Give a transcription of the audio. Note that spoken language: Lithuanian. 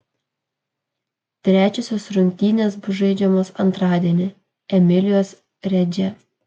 trečiosios rungtynės bus žaidžiamos antradienį emilijos redže